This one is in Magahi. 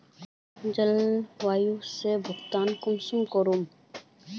जलवायु के कटाव से भुगतान कुंसम करूम?